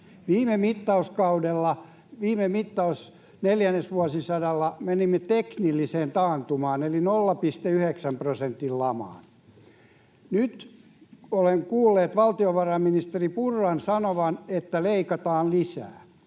viime vuosineljänneksellä, menimme teknilliseen taantumaan eli 0,9 prosentin lamaan. Nyt olemme kuulleet valtiovarainministeri Purran sanovan, että leikataan lisää.